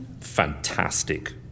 fantastic